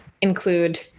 include